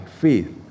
faith